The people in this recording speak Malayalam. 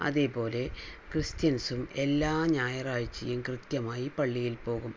അതേപോലെ ക്രിസ്ത്യൻസും എല്ലാ ഞായറാഴ്ചയും കൃത്യമായി പള്ളിയിൽ പോകും